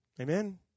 Amen